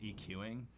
EQing